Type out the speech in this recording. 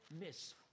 miss